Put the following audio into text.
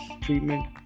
treatment